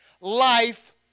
life